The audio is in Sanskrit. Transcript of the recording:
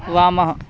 वामः